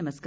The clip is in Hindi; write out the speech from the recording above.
नमस्कार